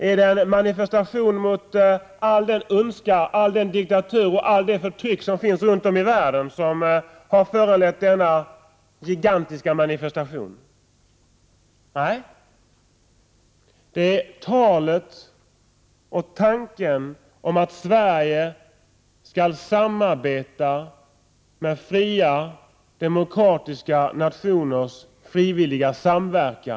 Är denna gigantiska manifestation föranledd av all den ondska, diktatur och allt det förtryck som finns runt om i världen? Nej, det är talet om och tanken på att Sverige skall delta i fria demokratiska nationers frivilliga samverkan.